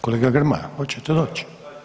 Kolega Grmoja, oćete doći?